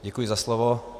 Děkuji za slovo.